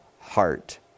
heart